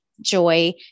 joy